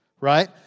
right